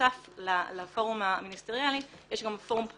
בנוסף לפורום המיניסטריאלי, יש גם פורום בכירים.